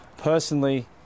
personally